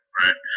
right